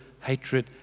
hatred